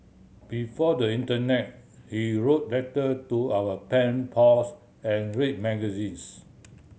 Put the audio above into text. before the internet we wrote letter to our pen pals and read magazines